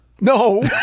No